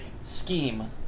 scheme